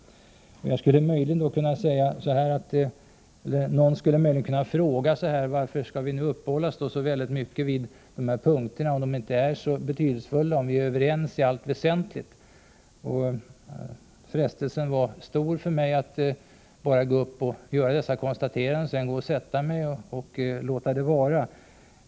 Någon skulle möjligen kunna fråga varför vi skall uppehålla oss vid dessa punkter, om de inte är så betydelsefulla. Frestelsen var också stor att bara göra dessa konstateranden och sedan gå och sätta mig.